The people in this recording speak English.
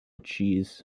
cheese